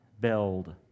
build